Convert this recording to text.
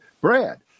Brad